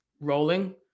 rolling